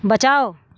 बचाओ